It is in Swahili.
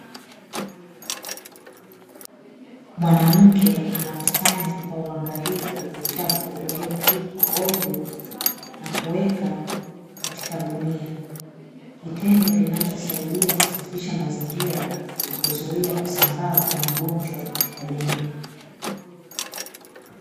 Mwanamke anakusanya kwa uangalifu uchafu uliotupwa ovyo na kuweka katika gunia, kitendo kunachosaidia kusafisha mazingira na kuzuia kusambaa kwa magonjwa katika jamii.